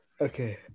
Okay